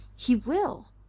he will.